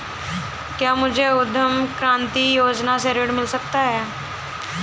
क्या मुझे उद्यम क्रांति योजना से ऋण मिल सकता है?